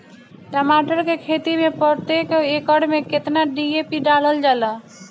टमाटर के खेती मे प्रतेक एकड़ में केतना डी.ए.पी डालल जाला?